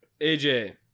AJ